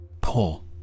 pull